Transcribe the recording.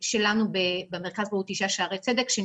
שלנו במרכז בריאות האישה בבית החולים שערי צדק והיא